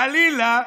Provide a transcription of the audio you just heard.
חלילה,